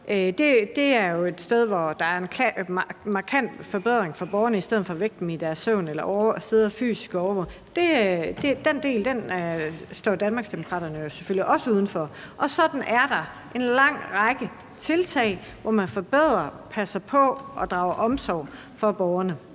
Det er jo et sted, hvor der er en markant forbedring for borgerne. Den del står Danmarksdemokraterne jo selvfølgelig også uden for, og sådan er der en lang række tiltag, hvor man forbedrer, passer på og drager omsorg for borgerne.